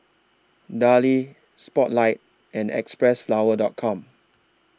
Darlie Spotlight and Xpressflower Dot Com